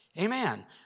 Amen